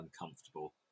uncomfortable